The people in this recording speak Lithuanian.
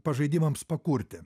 pažaidimams pakurti